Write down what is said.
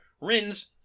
Rins